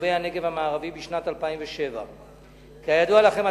וליישובי הנגב המערבי בשנת 2007. כידוע לכם,